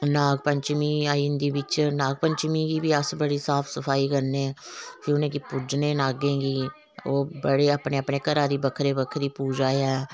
नाग पंचमी आई जंदी बिच्च नाग पंचमी गी बी अस बडी साफ सफाई करने फिर उनेंगी पूजने नागें गी ओह् बडे़ अपने अपने घरे दी बक्खरी बक्खरी पूजा ऐ